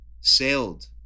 sailed